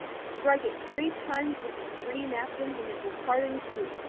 strike it three times with the three napkins and it will part in two.